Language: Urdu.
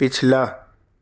پچھلا